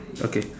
okay